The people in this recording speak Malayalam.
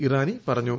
ഇറാനി പറഞ്ഞു